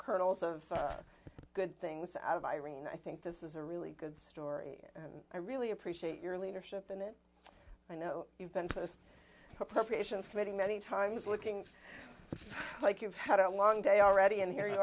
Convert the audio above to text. kernels of good things out of irene i think this is a really good story and i really appreciate your leadership in it i know you've been to the appropriations committee many times looking like you've had a long day already and here you